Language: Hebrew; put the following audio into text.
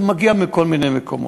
זה מגיע מכל מיני מקומות,